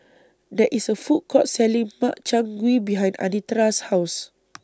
There IS A Food Court Selling Makchang Gui behind Anitra's House